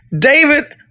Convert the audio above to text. David